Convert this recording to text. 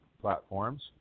platforms